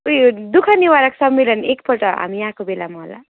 ऊ यो दुःख निवारक सम्मेलन एकपल्ट हामी आएको बेलामा होला